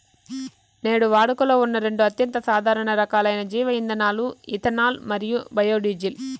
నేడు వాడుకలో ఉన్న రెండు అత్యంత సాధారణ రకాలైన జీవ ఇంధనాలు ఇథనాల్ మరియు బయోడీజిల్